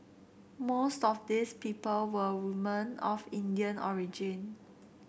most of these people were woman of Indian origin